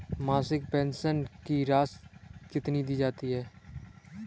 मासिक पेंशन की राशि कितनी दी जाती है?